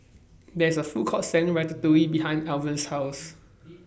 There IS A Food Court Selling Ratatouille behind Alvan's House